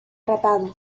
tratado